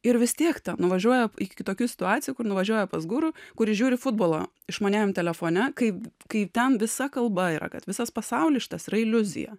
ir vis tiek nuvažiuoja iki tokių situacijų kur nuvažiuoja pas guru kuris žiūri futbolą išmaniajam telefone kaip kai ten visa kalba yra kad visas pasaulis šitas yra iliuzija